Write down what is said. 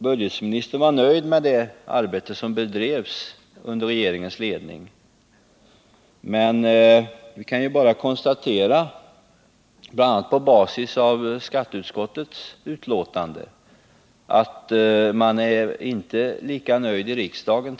Budgetministern var nöjd med det arbete som bedrevs under regeringens ledning, men vi kan bara kontatera, bl.a. på basis av skatteutskottets betänkande, att man inte är lika nöjd i riksdagen.